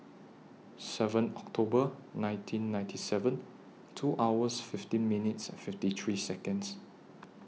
seven October nineteen ninety seven two hours fifteen minutes and fifty three Seconds